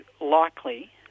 likely